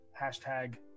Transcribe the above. hashtag